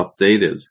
updated